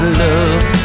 love